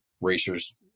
racers